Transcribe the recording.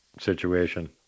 situation